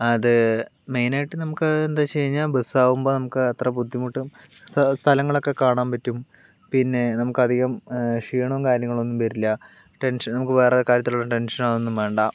അത് മെയ്നായിട്ട് നമുക്ക് എന്താന്ന് വെച്ച് കഴിഞ്ഞാൽ ബസ്സാകുമ്പോൾ നമുക്ക് അത്ര ബുദ്ധിമുട്ടും സ്ഥലങ്ങളൊക്കെ കാണാൻ പറ്റും പിന്നെ നമുക്കധികം ക്ഷീണവും കാര്യങ്ങളൊന്നും വരില്ല ടെൻഷൻ നമുക്ക് വേറെ കാര്യത്തിലുള്ള ടെൻഷനോ അതൊന്നും വേണ്ട